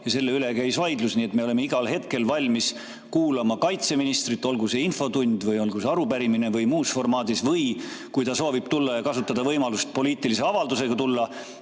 Ja selle üle käis vaidlus. Nii et me oleme igal hetkel valmis kuulama kaitseministrit, olgu see infotund või olgu see arupärimine või muus formaadis, või kui ta soovib kasutada võimalust poliitilise avaldusega tulla,